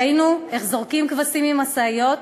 ראינו איך זורקים כבשים ממשאיות,